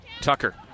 Tucker